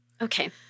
Okay